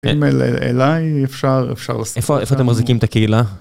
אם אליי אפשר, אפשר לעשות... איפה, איפה אתם מחזיקים את הקהילה?